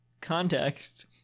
context